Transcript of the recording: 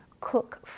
cook